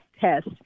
test